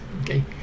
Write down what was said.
okay